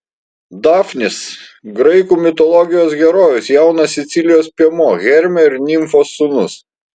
dafnis graikų mitologijos herojus jaunas sicilijos piemuo hermio ir nimfos sūnus